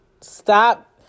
Stop